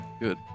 Good